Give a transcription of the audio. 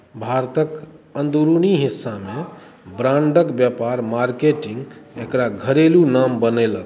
भारतक अन्दरूनी हिस्सामे ब्राण्डक व्यापार मार्केटिंग एकरा घरेलू नाम बनेलक